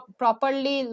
properly